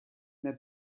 their